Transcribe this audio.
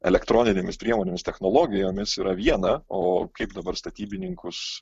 elektroninėmis priemonėmis technologijomis yra viena o kaip dabar statybininkus